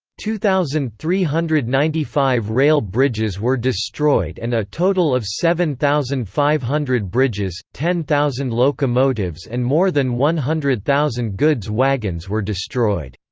two thousand three hundred and ninety five rail bridges were destroyed and a total of seven thousand five hundred bridges, ten thousand locomotives and more than one hundred thousand goods wagons were destroyed.